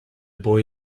boy